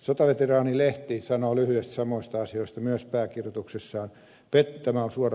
sotaveteraani lehti sanoo lyhyesti samoista asioista myös pääkirjoituksessaan